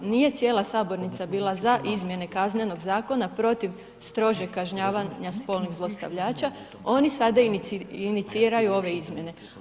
Nije cijela sabornica bila za izmjene KZ-a protiv strožeg kažnjavanja spolnih zlostavljača, oni sada iniciraju ove izmjene.